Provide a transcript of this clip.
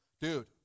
dude